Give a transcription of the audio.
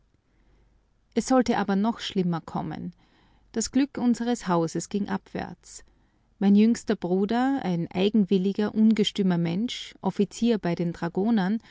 es sollte aber noch schlimmer kommen das glück unseres hauses ging abwärts mein jüngster bruder ein eigenwilliger ungestümer mensch offizier bei den dragonern